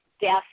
death